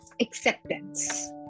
acceptance